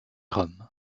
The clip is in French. rome